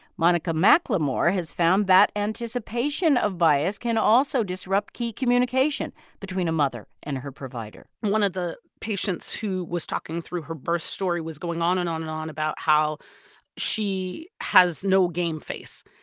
monica mclemore has found that anticipation of bias can also disrupt key communication between a mother and her provider one of the patients who was talking through her birth story was going on and on and on about how she has no game face.